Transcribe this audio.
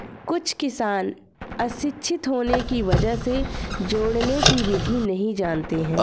कुछ किसान अशिक्षित होने की वजह से जोड़ने की विधि नहीं जानते हैं